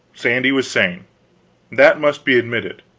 sandy was sane that must be admitted.